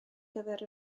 gyfer